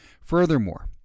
Furthermore